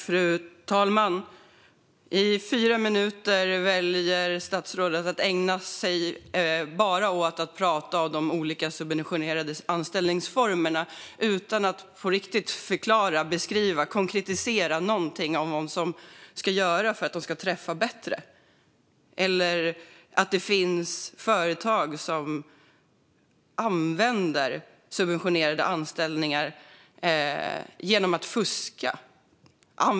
Fru talman! I fyra minuter väljer statsrådet att ägna sig åt att prata om de olika subventionerade anställningsformerna utan att på riktigt förklara, beskriva eller konkretisera vad som ska göras för att de ska träffa bättre. Han har inte heller talat om att det finns företag som använder subventionerade anställningar genom att fuska.